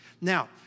Now